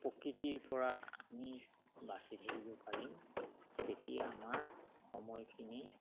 প্ৰকৃতিৰপৰা আমি বাচি থাকিব পাৰিম তেতিয়া আমাৰ সময়খিনি